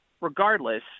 regardless